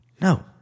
No